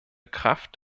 kraft